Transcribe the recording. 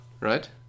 right